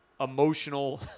emotional